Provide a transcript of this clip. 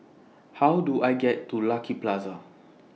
How Do I get to Lucky Plaza